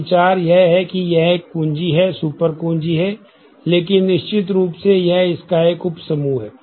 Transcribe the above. तो विचार यह है कि यह एक कुंजी है सुपर कुंजी है लेकिन निश्चित रूप से यह इस का एक उप समूह है